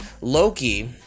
Loki